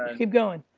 keep going.